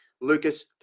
Lucas